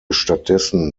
stattdessen